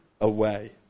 away